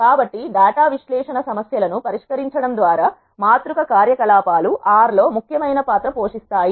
కాబట్టి డేటా విశ్లేషణ సమస్యలను పరిష్కరించడము ద్వారా మాతృక కార్యకలాపాలు ఆర్ R లో ముఖ్యమైన పాత్ర పోషిస్తాయి